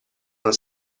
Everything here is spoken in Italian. non